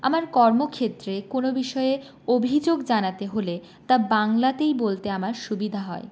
আমার কর্মক্ষেত্রে কোনো বিষয়ে অভিযোগ জানাতে হলে তা বাংলাতেই বলতে আমার সুবিধা হয়